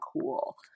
cool